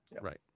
Right